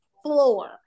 floor